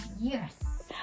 Yes